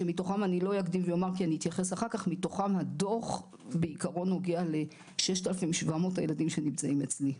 שמתוכם הדוח בעיקרון נוגע ל-6,700 הילדים שנמצאים אצלנו.